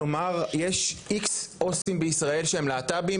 יש X עו״סים להט״בים בישראל,